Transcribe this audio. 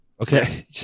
Okay